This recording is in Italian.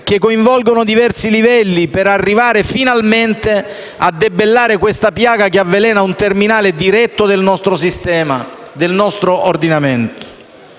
che coinvolgano diversi livelli per arrivare finalmente a debellare questa piaga che avvelena un terminale diretto del nostro ordinamento.